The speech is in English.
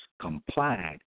complied